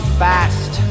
fast